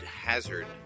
Hazard